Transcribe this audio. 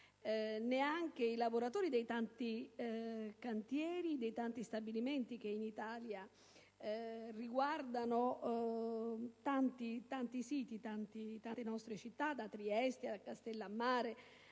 neanche i lavoratori dei tanti cantieri, dei tanti stabilimenti che in Italia interessano numerosi siti e città, da Trieste a Castellammare